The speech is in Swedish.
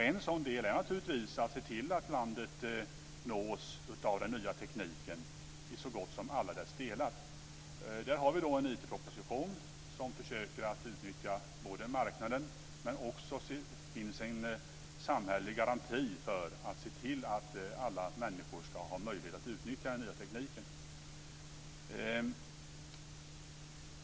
En sådan del är naturligtvis att se till att landet nås av den nya tekniken i så gott som alla dess delar. Där har vi en IT-proposition där man försöker att utnyttja marknaden, samtidigt som det finns en samhällelig garanti när det gäller att se till att alla människor ska ha möjlighet att utnyttja den nya tekniken.